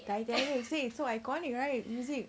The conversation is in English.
titanic you see so iconic right you see